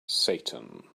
satan